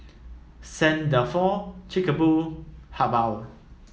Saint Dalfour Chic Boo Habhal